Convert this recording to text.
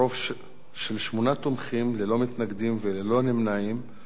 ברוב של שמונה תומכים, ללא מתנגדים וללא נמנעים,